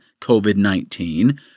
COVID-19